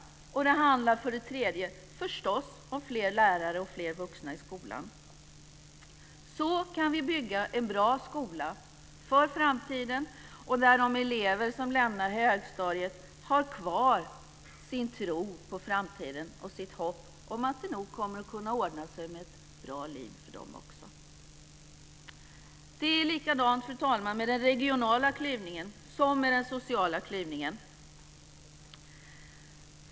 Och det handlar slutligen förstås om fler lärare och fler vuxna i skolan. Så kan vi bygga en bra skola för framtiden, så att de elever som lämnar högstadiet har kvar sin tro på framtiden och sitt hopp om att det nog kommer att kunna ordna sig med ett bra liv för dem också. Fru talman! Det är likadant med den regionala klyftan som med den sociala klyftan.